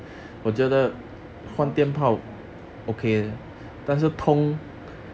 overall 你要求太高